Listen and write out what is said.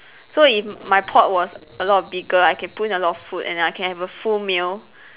so if my pot was a lot bigger I can put in a lot of food and I can have a full meal